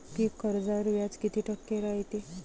पीक कर्जावर व्याज किती टक्के रायते?